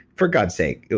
for god's sake.